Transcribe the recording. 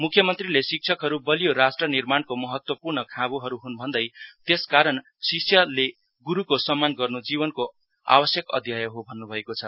मुख्यमन्त्रीले शिक्षकहरू बलियो राष्ट्र निर्माणको महत्वपूर्ण खाँबोहरू हुन् भन्दै त्यस कारण शिष्यले ग्रूको सम्मान गर्नु जीवनको आवश्यक अध्याय हो भन्नु भएको छ